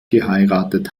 geheiratet